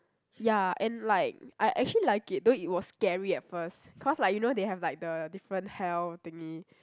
ya and like I actually like it though it was scary at first cause like you know they have like the different hell thingy